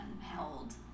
held